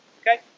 Okay